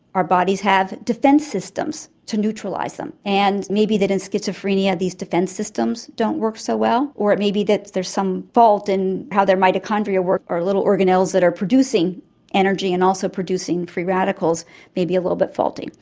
our bodies have defence systems to neutralise them. and it may be that in schizophrenia these defence systems don't work so well, or it may be that there is some fault in how their mitochondria work or little organelles that are producing energy and also producing free radicals may be a little bit faulty.